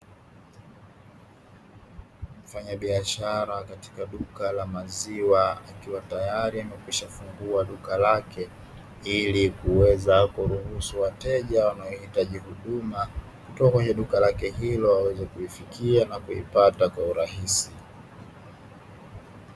Mfanyabiashara katika duka la maziwa akiwa tayari amekwisha fungua duka lake, ili kuweza kuruhusu wateja wanaohitaji huduma kutoka kwenye duka lake hilo waweze kuifikia na kuipata kwa urahisi.